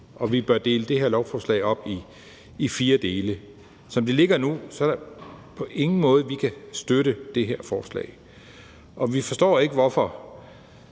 og vi bør dele det her lovforslag op i fire dele. Som det ligger nu, er der ingen måde, vi kan støtte det her forslag på. Vi forstår ikke, hvorfor